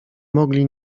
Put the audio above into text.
mogli